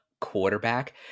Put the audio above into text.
quarterback